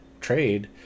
trade